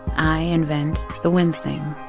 i invent the wincing,